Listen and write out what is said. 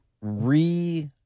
re